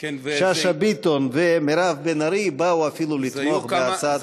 שאשא ביטון ומירב בן ארי באו אפילו לתמוך בהצעת החוק שלהם.